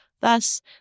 Thus